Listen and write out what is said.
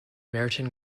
meriton